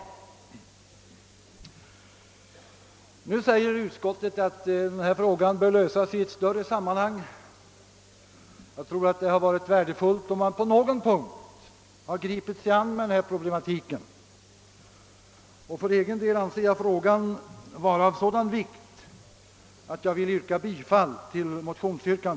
Nu skriver utskottet att dessa problem bör lösas i ett större sammanhang. Jag tror dock att det hade varit värdefullt om man på någon punkt hade gripit sig an med just denna problematik. För egen del anser jag frågan vara av sådan vikt, att jag vill yrka bifall till motionen.